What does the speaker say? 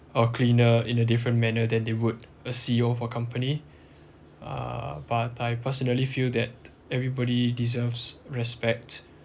a cleaner in a different manner than they would uh C_E_O for company uh but I personally feel that everybody deserves respect